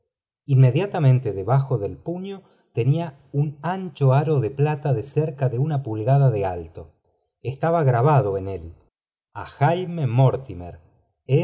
inmediatamente debajo del puño tenía un ancho aro de plata de cerca de una pulgada de alto a jaime mortimer m